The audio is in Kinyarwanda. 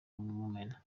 mumena